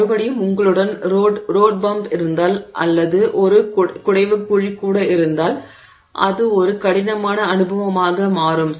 மறுபுறம் உங்களிடம் road bump இருந்தால் அல்லது ஒரு குடைவுக்குழி கூட இருந்தால் அது ஒரு கடினமான அனுபவமாக மாறும்